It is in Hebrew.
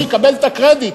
שיקבל את הקרדיט,